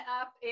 up